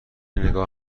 نگاه